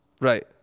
Right